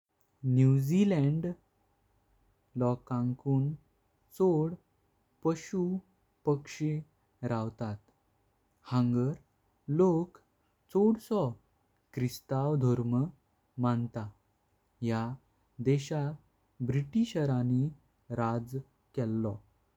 New Zealand दर्शण लोकांकांनीं चोड पुसू पक्षी रावतात। हांगर लोक चोडसो ख्रिस्ताव धर्म मान्ता। ह्या देशाक ब्रिटिशराणी राज केलो।